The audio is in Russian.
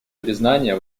признания